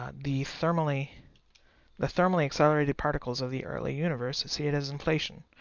ah the thermally the thermally accelerated particles of the early universe see it as inflation,